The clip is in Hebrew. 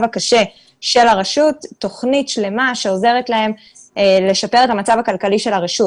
הקשה של הרשות תוכנית שלמה שעוזרת להן לשפר את המצב הכלכלי של הרשות,